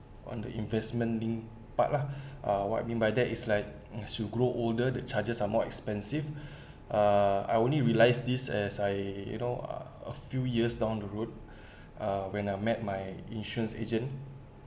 on the investment linked part lah ah what I mean by that is like as you grow older the charges are more expensive ah I only realised this as I you know a few years down the road when I met my insurance agent